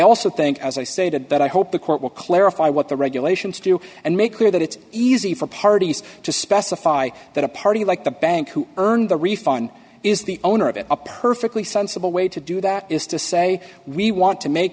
also think as i stated that i hope the court will clarify what the regulations do and make clear that it's easy for parties to specify that a party like the bank who earned the refund is the owner of a perfectly sensible way to do that is to say we want to make